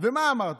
ומה אמרת?